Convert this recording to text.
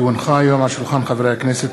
כי הונחה היום על שולחן הכנסת,